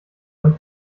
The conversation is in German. nicht